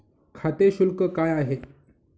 खाते शुल्क काय आहे?